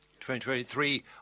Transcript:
2023